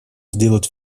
сделать